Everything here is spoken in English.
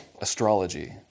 astrology